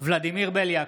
ולדימיר בליאק,